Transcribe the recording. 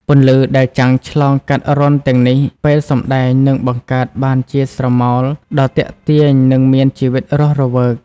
ពន្លឺដែលចាំងឆ្លងកាត់រន្ធទាំងនេះពេលសម្តែងនឹងបង្កើតបានជាស្រមោលដ៏ទាក់ទាញនិងមានជីវិតរស់រវើក។